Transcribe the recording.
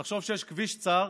תחשוב שיש כביש צר.